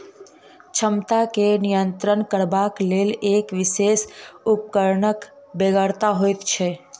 क्षमता के नियंत्रित करबाक लेल एक विशेष उपकरणक बेगरता होइत छै